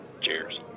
Cheers